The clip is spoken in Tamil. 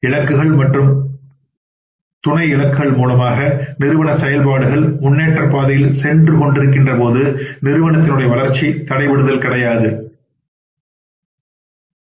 இலக்குகள் மற்றும் துணை மூலமாக நிறுவன செயல்பாடுகள் முன்னேற்றப் பாதையில் சென்று கொண்டிருக்கின்ற போது நிறுவனத்தின் உடைய வளர்ச்சி தடைபடுதல் இல்லை